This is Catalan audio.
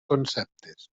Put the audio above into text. conceptes